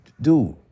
dude